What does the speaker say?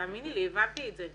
תאמיני לי, הבנתי את זה.